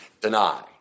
deny